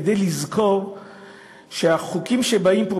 כדי לזכור שהחוקים שבאים פה,